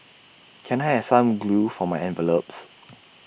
can I have some glue for my envelopes